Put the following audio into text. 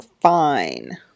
fine